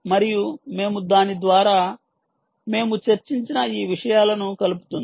మరియు మేము దాని ద్వారా మేము చర్చించిన ఈ విషయాలను కలుపుతుంది